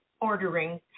ordering